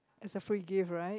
as a free gift right